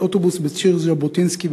אוטובוס בציר ז'בוטינסקי בפתח-תקווה.